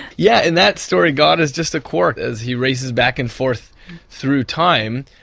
yeah in that story god is just a quark. as he races back and forth through time,